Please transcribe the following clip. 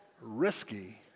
risky